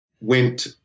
went